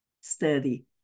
sturdy